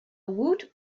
woot